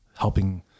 helping